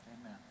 Amen